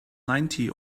ninety